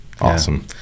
awesome